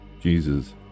Jesus